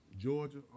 Georgia